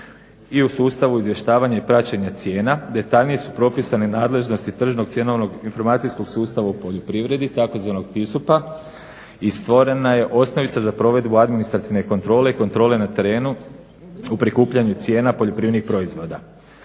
I u sustavu izvještavanja i praćenja cijena detaljnije su propisane nadležnosti tržnog cjenovnog informacijskog sustava u poljoprivredi tzv. TISUP-a i stvorena je osnovica za provedbu administrativne kontrole i kontrole na terenu u prikupljanju cijena poljoprivrednih proizvoda.